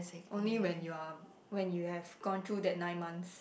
only when you are when you have gone through that nine months